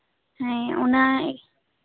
ᱦᱮᱸ ᱚᱱᱟᱜᱮ